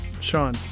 Sean